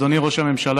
אדוני ראש הממשלה,